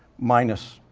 minus